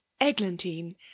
Eglantine